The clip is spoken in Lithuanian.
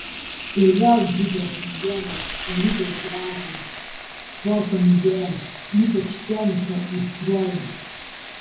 ir vėl džiugios naujienos alytaus gyventojams sporto mėgėjams ypač teniso aistruoliams